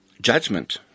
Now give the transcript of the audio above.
Judgment